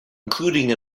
including